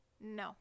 No